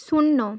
শূন্য